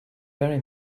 very